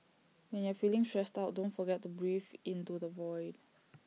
when you are feeling stressed out don't forget to breathe into the void